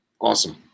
Awesome